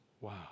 Wow